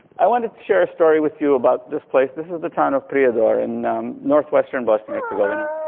i want to share a story with you about this place. this is the town of prijedor in north western bosnia-herzegovina.